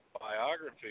biography